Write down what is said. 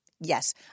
Yes